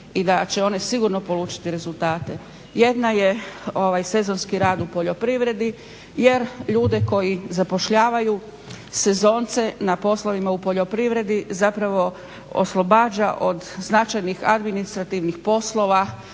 i daće one sigurno polučiti rezultate. Jedna je sezonski rad u poljoprivredi jer ljude koji zapošljavaju sezonce na poslovima u poljoprivredi zapravo oslobađa od značajnih administrativnih poslova